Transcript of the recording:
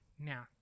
Now